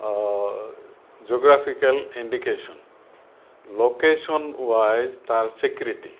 geographical indication location wise তাৰ স্বীকৃতি